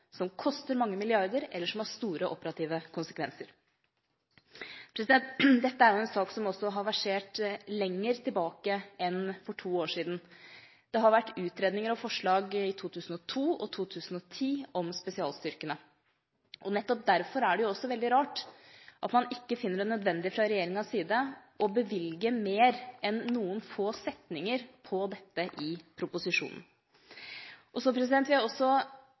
som koster mange milliarder, eller som har store operative konsekvenser. Dette er en sak som har versert lenger enn i to år. Det har vært utredninger og forslag om spesialstyrkene i 2002 og 2010. Nettopp derfor er det veldig rart at man fra regjeringas side ikke finner det nødvendig å vie mer enn noen få setninger til dette i proposisjonen. Jeg vil også